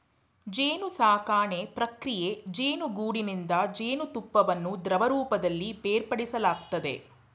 ಜೇನುಸಾಕಣೆ ಪ್ರಕ್ರಿಯೆ ಜೇನುಗೂಡಿನಿಂದ ಜೇನುತುಪ್ಪವನ್ನು ದ್ರವರೂಪದಲ್ಲಿ ಬೇರ್ಪಡಿಸಲಾಗ್ತದೆ